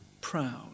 proud